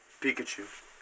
Pikachu